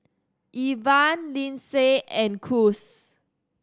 Evan Lindsay and Cruz